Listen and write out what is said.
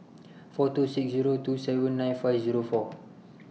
four two six two seven nine five Zero four